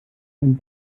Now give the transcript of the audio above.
ein